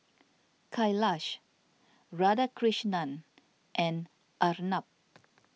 Kailash Radhakrishnan and Arnab